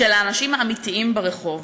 של האנשים האמיתיים ברחוב,